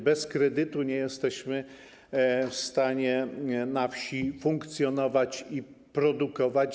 Bez kredytu nie jesteśmy w stanie na wsi funkcjonować i produkować.